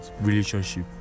relationship